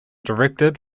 directed